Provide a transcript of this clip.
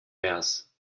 vers